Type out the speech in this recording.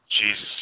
Jesus